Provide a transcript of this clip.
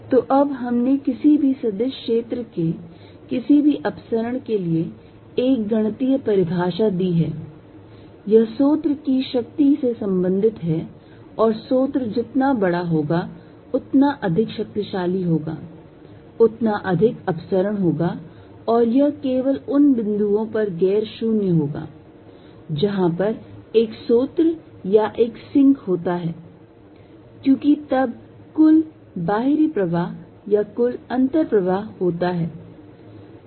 तो अब हमने किसी भी सदिश क्षेत्र के किसी भी अपसरण के लिए एक गणितीय परिभाषा दी है यह स्रोत की शक्ति से संबंधित है और स्रोत जितना बड़ा होगा उतना अधिक शक्तिशाली होगा उतना अधिक अपसरण होगा और यह केवल उन बिंदुओं पर गैर शून्य होगा जहां पर एक स्रोत या एक सिंक होता है क्योंकि तब कुल बहिर्वाह या कुल अन्तर्वाह होता है